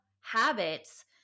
habits